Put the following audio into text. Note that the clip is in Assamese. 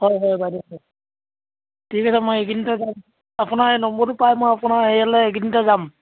হয় হয় বাইদেউ কওক ঠিক আছে মই এইকেইদিনতে যাম আপোনাৰ এই নম্বৰটো পাই মই আপোনাৰ হেৰিয়ালৈ এইকেইদিনতে যাম